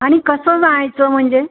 आणि कसं जायचं म्हणजे